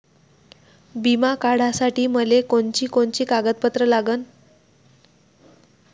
बिमा काढासाठी मले कोनची कोनची कागदपत्र लागन?